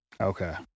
Okay